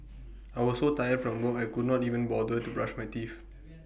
I was so tired from work I could not even bother to brush my teeth